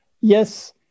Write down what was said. Yes